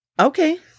Okay